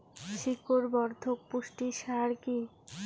শিকড় বর্ধক পুষ্টি সার কি?